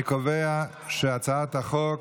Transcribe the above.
אני קובע שהצעת החוק